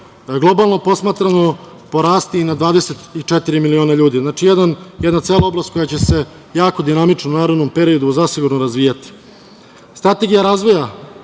globalno posmatrano porasti i na 24 miliona ljudi. Znači, jedna cela oblast koja će se jako dinamično u narednom periodu zasigurno razvijati. Strategija razvoja